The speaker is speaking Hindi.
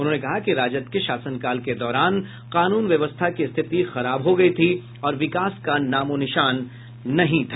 उन्होंने कहा कि राजद के शासनकाल के दौरान कानून व्यवस्था की स्थिति खराब हो गयी थी और विकास का नामोनिशान नहीं था